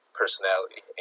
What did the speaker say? personality